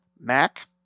Mac